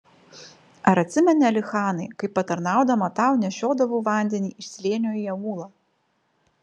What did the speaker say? ar atsimeni alichanai kaip patarnaudama tau nešiodavau vandenį iš slėnio į aūlą